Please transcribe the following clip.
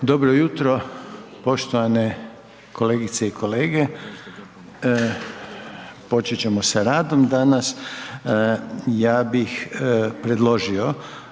Dobro jutro poštovane kolegice i kolege. Počet ćemo sa radom danas, ja bih predložio